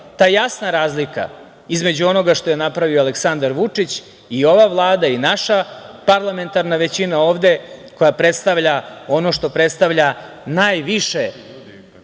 ta jasna razlika između onoga što je napravio Aleksandar Vučić i ova Vlada i naša parlamentarna većina ovde koja predstavlja ono što predstavlja najviše